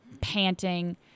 panting